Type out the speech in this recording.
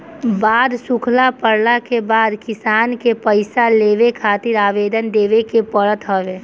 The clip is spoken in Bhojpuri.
बाढ़ सुखा पड़ला के बाद किसान के पईसा लेवे खातिर आवेदन देवे के पड़त हवे